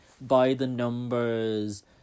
by-the-numbers